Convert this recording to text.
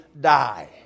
die